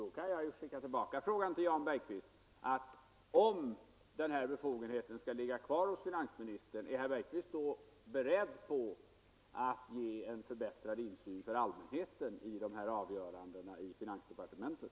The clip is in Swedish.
Då kan jag skicka tillbaka frågan till Jan Bergqvist: Om den här befogenheten skall ligga kvar hos finansministern, är herr Bergqvist då beredd att ge en förbättrad insyn för allmänheten i dessa avgöranden i finansdepartementet?